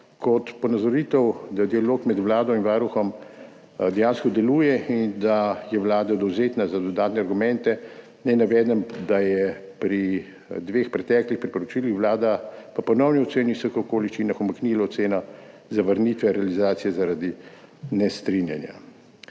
Kot ponazoritev, da dialog med Vlado in Varuhom dejansko deluje in da je Vlada dovzetna za dodatne argumente, naj navedem, da je pri dveh preteklih priporočilih Vlada po ponovni oceni v vseh okoliščinah umaknila oceno zavrnitve realizacije zaradi nestrinjanja.